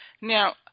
Now